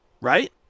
right